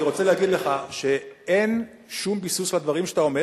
אני רוצה להגיד לך שאין שום ביסוס לדברים שאתה אומר,